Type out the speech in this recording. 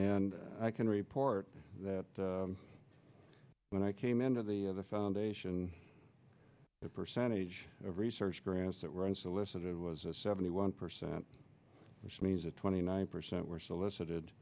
and i can report that when i came into the other foundation the percentage of research grants that were unsolicited was a seventy one percent which means that twenty nine percent were solicit